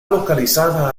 localizada